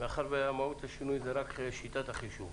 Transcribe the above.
מאחר ומהות השינוי היא רק שיטת החישוב,